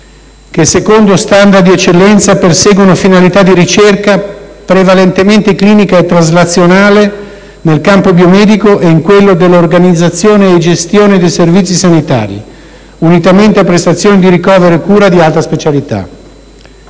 che, secondo standard di eccellenza, perseguono finalità di ricerca, prevalentemente clinica e traslazionale, nel campo biomedico e in quello dell'organizzazione e gestione dei servizi sanitari, unitamente a prestazioni di ricovero e cura di alta specialità».